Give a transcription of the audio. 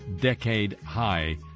decade-high